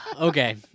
okay